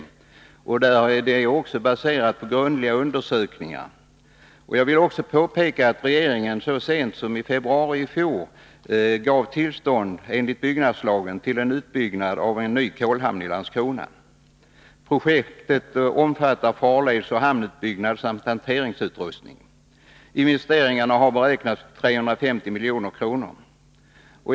Förslaget är också baserat på grundliga undersökningar. Jag vill påpeka att regeringen i februari i fjol gav tillstånd enligt byggnadslagen till en utbyggnad av en ny kolhamn i Landskrona. Projektet omfattar farledsoch hamnutbyggnad samt hanteringsutrustning. Investeringarna har beräknats uppgå till 350 milj.kr.